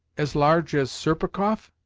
as large as serpukhov?